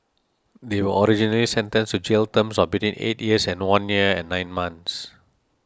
they were originally sentenced to jail terms of between eight years and one year and nine months